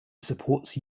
supports